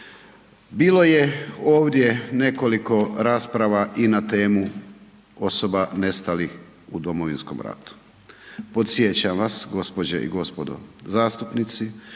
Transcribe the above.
Bilo je ovdje nekoliko rasprava i na temu osoba nestalih u Domovinskom ratu. Podsjećam vas gospođe i gospodo zastupnici